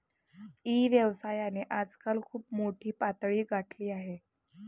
E व्यवसायाने आजकाल खूप मोठी पातळी गाठली आहे